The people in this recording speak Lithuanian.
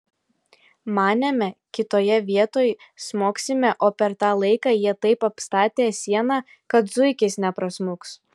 manėme kitoje vietoj smogsime o per tą laiką jie taip apstatė sieną kad zuikis neprasmuks